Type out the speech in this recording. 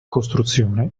costruzione